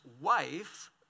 wife